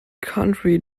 county